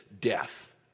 death